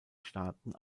staaten